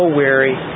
weary